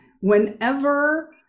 whenever